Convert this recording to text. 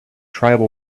tribal